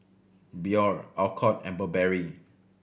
Biore Alcott and Burberry